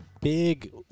big